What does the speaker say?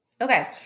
Okay